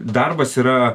darbas yra